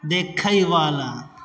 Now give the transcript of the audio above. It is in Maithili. देखैवला